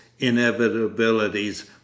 inevitabilities